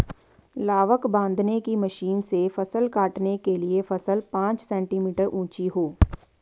लावक बांधने की मशीन से फसल काटने के लिए फसल पांच सेंटीमीटर ऊंची हो